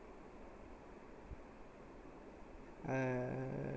uh